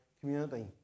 community